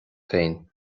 féin